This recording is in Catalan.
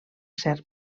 serp